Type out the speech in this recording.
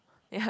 ya